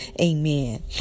amen